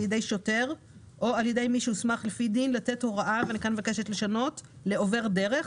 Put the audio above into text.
על ידי שוטר או על ידי מי שהוסמך לפי דין לתת הוראה לעובר דרך